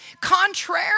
contrary